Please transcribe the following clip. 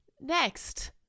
Next